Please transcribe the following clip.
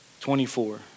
24